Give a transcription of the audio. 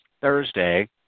Thursday